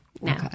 no